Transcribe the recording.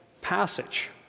passage